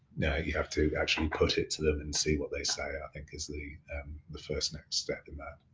no, you have to actually put it to them and see what they say i think is the the first next step in that